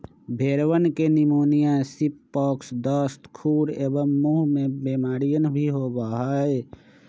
भेंड़वन के pneumonia, sheep pox, दस्त, खुर एवं मुँह के बेमारियन भी होबा हई